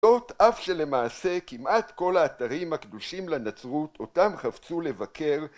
‫זאת אף שלמעשה כמעט כל האתרים ‫הקדושים לנצרות, אותם חפצו לבקר...